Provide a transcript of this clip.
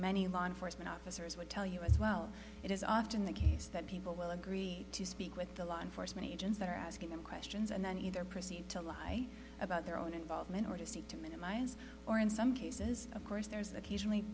many law enforcement officers would tell you as well it is often the case that people will agree to speak with the law enforcement agents that are asking them questions and then either proceed to lie about their own involvement or to seek to minimize or in some cases of course there's